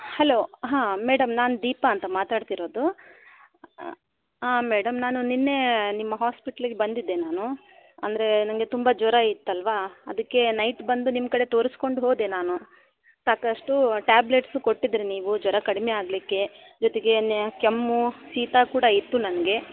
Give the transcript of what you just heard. hello ಹಾಂ madam ನಾನು ದೀಪಾ ಅಂತ ಮಾತಾಡ್ತಿರೋದು ಆಂ ಮೇಡಂ ನಾನು ನಿನ್ನೆ ನಿಮ್ಮ ಹಾಸ್ಪೆಟ್ಲಿಗೆ ಬಂದಿದ್ದೆ ನಾನು ಅಂದರೆ ನನಗೆ ತುಂಬ ಜ್ವರ ಇತ್ತಲ್ಲವಾ ಅದಕ್ಕೆ ನೈಟ್ ಬಂದು ನಿಮ್ಮ ಕಡೆ ತೋರಿಸ್ಕೊಂಡ್ ಹೋದೆ ನಾನು ಸಾಕಷ್ಟು ಟ್ಯಾಬ್ಲೆಟ್ಸು ಕೊಟ್ಟಿದ್ದಿರಿ ನೀವು ಜ್ವರ ಕಡಿಮೆ ಆಗಲಿಕ್ಕೆ ಜೊತೆಗೇ ಕೆಮ್ಮು ಶೀತ ಕೂಡ ಇತ್ತು ನನಗೆ